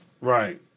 Right